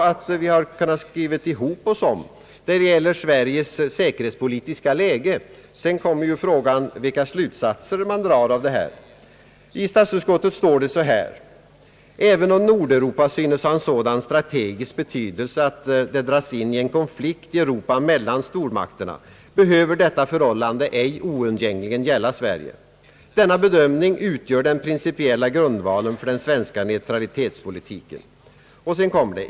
Det gäller Sveriges säkerhetspolitiska läge. Sedan blir frågan vilka slutsatser man drar av detta. I statsutskottets utlåtande står det: »även om Nordeuropa synes ha en sådan strategisk betydelse att det dras in i en konflikt 1 Europa mellan stormakterna behöver detta förhållande ej oundgängligen gälla Sverige. Denna bedömning utgör den principiella grundvalen för den svenska neutralitetspolitiken.